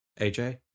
AJ